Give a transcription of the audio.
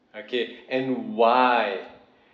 okay and why